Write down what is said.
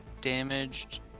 damaged